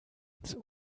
ins